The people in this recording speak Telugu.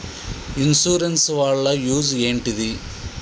ఇన్సూరెన్స్ వాళ్ల యూజ్ ఏంటిది?